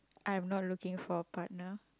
I am not looking for a partner